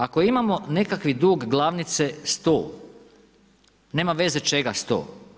Ako imamo nekakvi dug glavnice 100, nema veze čega 100.